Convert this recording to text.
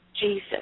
Jesus